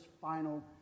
final